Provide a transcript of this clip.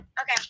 Okay